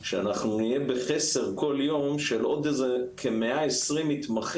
שאנחנו נהיה בחסר כל יום של עוד איזה 120 מתמחים,